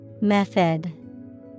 Method